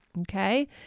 Okay